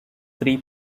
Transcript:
three